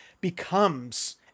becomes